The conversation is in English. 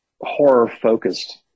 horror-focused